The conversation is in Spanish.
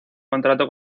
contrato